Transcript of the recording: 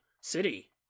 City